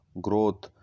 growth